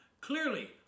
Clearly